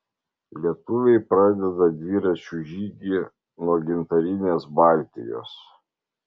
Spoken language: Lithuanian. lietuviai pradeda dviračių žygį nuo gintarinės baltijos